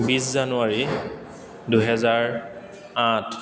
বিছ জানুৱাৰী দুহেজাৰ আঠ